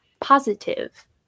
positive